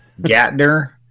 Gatner